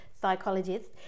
psychologist